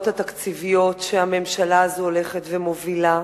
התקציביות שהממשלה הזאת הולכת ומובילה.